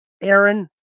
Aaron